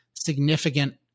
significant